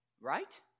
Right